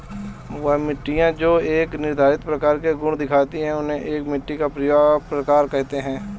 वह मिट्टियाँ जो एक निर्धारित प्रकार के गुण दिखाती है उन्हें एक मिट्टी का प्रकार कहते हैं